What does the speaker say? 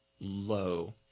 low